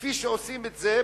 כפי שעושים את זה,